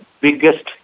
biggest